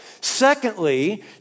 Secondly